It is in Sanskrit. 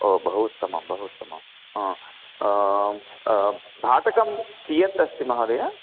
ओ बहु उत्तमं बहु उत्तमं भाटकं कियत् अस्ति महादय